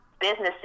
businesses